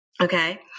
Okay